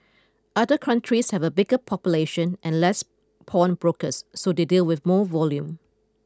other countries have a bigger population and less pawnbrokers so they deal with more volume